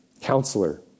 counselor